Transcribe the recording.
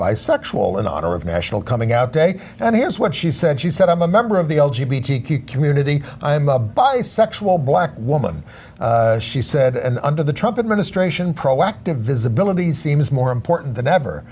bisexual in honor of national coming out day and here's what she said she said i'm a member of the community i'm a bisexual black woman she said under the trumpet ministration proactive visibilities seems more important than ever